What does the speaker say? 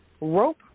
Rope